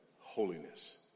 holiness